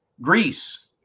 Greece